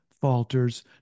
falters